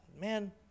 Man